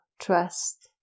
trust